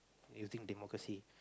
you think democracy